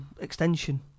extension